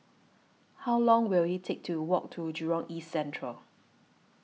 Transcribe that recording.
How Long Will IT Take to Walk to Jurong East Central